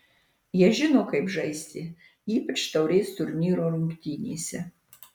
jie žino kaip žaisti ypač taurės turnyro rungtynėse